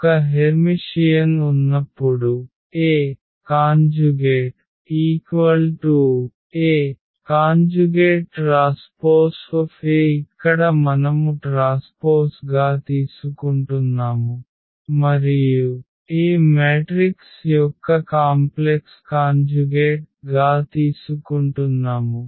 ఒక హెర్మిషియన్ ఉన్నప్పుడు AA conjugate transpose A ఇక్కడ మనము ట్రాస్పోస్ గా తీసుకుంటున్నాము మరియు A మ్యాట్రిక్స్ యొక్క కాంప్లెక్స్ కాంజుగేట్ గా తీసుకుంటున్నాము